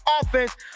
offense